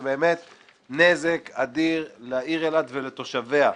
זה באמת נזק אדיר לעיר אילת ולתושביה.